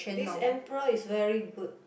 this emperor is very good